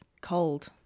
cold